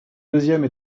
deuxièmes